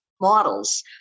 models